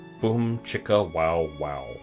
boom-chicka-wow-wow